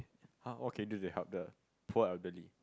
ah what can you do to help the poor elderly